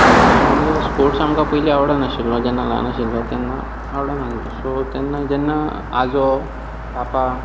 sports म्हणजे sports आमकां पयली आवडनाशिल्लो जेन्ना ल्हान आशिल्लो तेन्ना आवडनासलो सो तेन्ना जेन्ना आजो पापा